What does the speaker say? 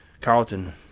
Carlton